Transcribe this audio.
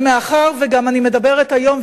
ומאחר שאני מדברת היום,